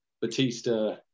batista